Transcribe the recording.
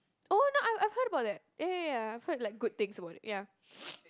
oh no I've I've heard about that ya ya ya I've heard like good things about it ya